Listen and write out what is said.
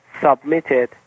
submitted